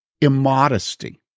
immodesty